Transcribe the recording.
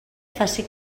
faci